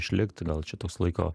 išlikt gal čia toks laiko